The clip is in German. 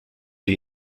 die